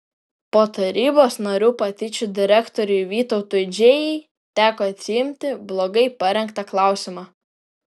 po tarybos narių patyčių direktoriui vytautui džėjai teko atsiimti blogai parengtą klausimą